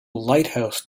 lighthouse